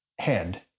head